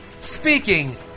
Speaking